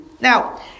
Now